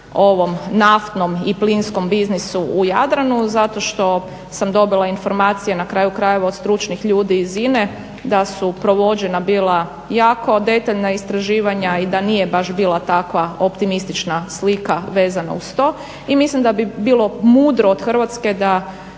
ovom naftnom i plinskom biznisu u Jadranu zato što sam dobila informacije na kraju krajeva od stručnih ljudi iz Ine da su provođena bila jako detaljna istraživanja i da nije baš bila takva optimistična slika vezna uz to i mislim da bi bilo mudro od Hrvatske da